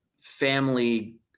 family